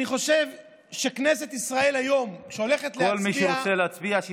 אני חושב שכנסת ישראל הולכת להצביע היום,